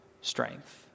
strength